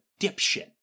dipshit